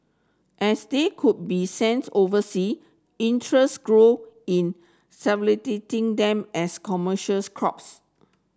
as they could be sent oversea interest grow in them as commercials crops